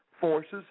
forces